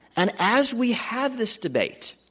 and as we have this debate,